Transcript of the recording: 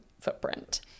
footprint